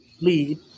lead